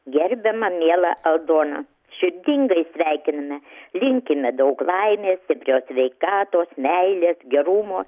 gerbiama miela aldona širdingai sveikiname linkime daug laimės stiprios sveikatos meilės gerumo